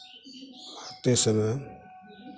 आते समय